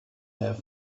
have